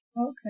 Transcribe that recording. Okay